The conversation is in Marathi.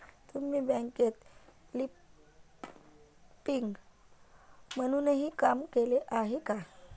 तुम्ही बँकेत लिपिक म्हणूनही काम केले आहे का?